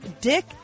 Dick